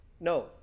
No